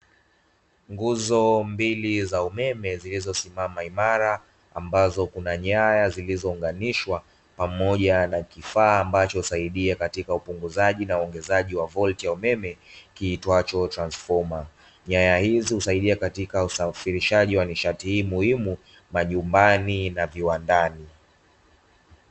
nguzo mbili za umeme umbazo zimeungwanishwa na kifaa cha kupima umeme nguzo hizi husaidia katika usafirishaji wa umeme katika maeneo mbalimbali